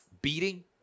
beating